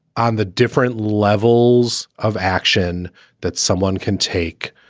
on the different levels of action that someone can take